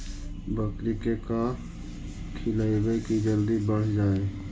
बकरी के का खिलैबै कि जल्दी बढ़ जाए?